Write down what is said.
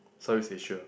South East Asia